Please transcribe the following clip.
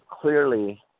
clearly